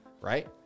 right